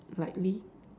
likely